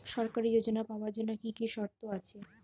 সরকারী যোজনা পাওয়ার জন্য কি কি শর্ত আছে?